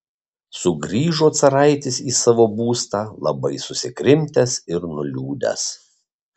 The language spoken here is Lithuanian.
sugrįžo caraitis į savo būstą labai susikrimtęs ir nuliūdęs